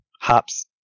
Hops